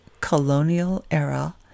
colonial-era